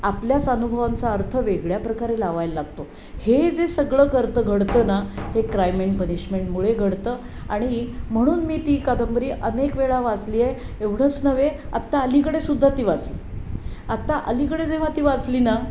आपल्याच अनुभवांचा अर्थ वेगळ्या प्रकारे लावायला लागतो हे जे सगळं करतं घडतं ना हे क्राइम अँड पनिशमेंटमुळे घडतं आणि म्हणून मी ती कादंबरी अनेक वेळा वाचली आहे एवढंच नव्हे आत्ता अलीकडेसुद्धा ती वाचली आत्ता अलीकडे जेव्हा ती वाचली ना